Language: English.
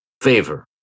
favor